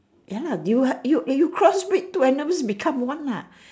ya lah do you you cross breed two animals become one lah